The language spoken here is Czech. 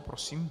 Prosím.